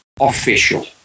Official